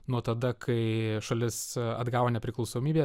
nuo tada kai šalis atgavo nepriklausomybę